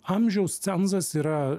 amžiaus cenzas yra